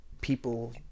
people